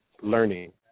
learning